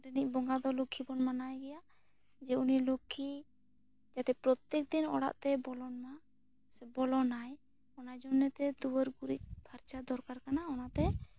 ᱨᱤᱱᱤᱡ ᱵᱚᱸᱜᱟ ᱫᱚ ᱞᱩᱠᱷᱤ ᱵᱚᱱ ᱢᱟᱱᱟᱣᱮ ᱜᱤᱭᱟ ᱡᱮ ᱩᱱᱤ ᱞᱩᱠᱷᱤ ᱡᱟᱛᱮ ᱯᱨᱚᱛᱮᱠ ᱫᱤᱱ ᱚᱲᱟᱜ ᱛᱮ ᱵᱚᱞᱚᱱᱟ ᱥᱮ ᱵᱚᱞᱚᱱᱟᱭ ᱚᱱᱟ ᱡᱚᱱᱱᱮ ᱛᱮ ᱫᱩᱣᱟᱹᱨ ᱜᱩᱨᱤᱡᱽ ᱯᱷᱟᱨᱪᱟ ᱫᱚᱨᱠᱟᱨ ᱠᱟᱱᱟ ᱚᱱᱟᱛᱮ